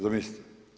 Zamislite.